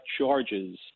charges